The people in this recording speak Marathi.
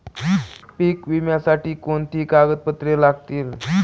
पीक विम्यासाठी कोणती कागदपत्रे लागतील?